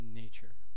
nature